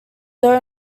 though